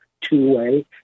two-way